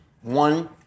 One